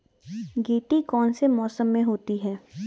गेंठी कौन से मौसम में होती है?